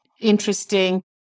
interesting